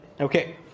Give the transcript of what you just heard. Okay